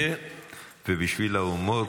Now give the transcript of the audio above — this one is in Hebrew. ובשביל ההומור,